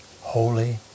holy